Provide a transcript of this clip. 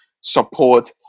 support